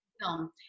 film